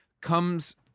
comes –